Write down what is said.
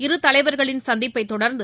இரு தலைவர்களின் சந்திப்பை தொடர்ந்து